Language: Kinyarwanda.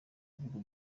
ibihugu